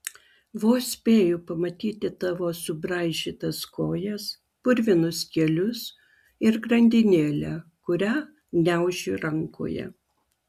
vos spėju pamatyti tavo subraižytas kojas purvinus kelius ir grandinėlę kurią gniauži rankoje